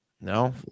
No